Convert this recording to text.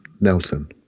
Nelson